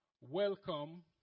welcome